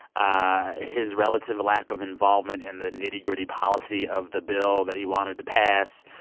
ah his relative lack of involvement in the nitty-gritty policy of the bill that he wanted to pass,